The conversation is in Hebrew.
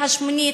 השמיני,